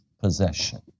possession